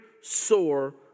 sore